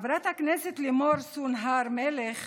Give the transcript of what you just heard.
חברת הכנסת לימור סון הר מלך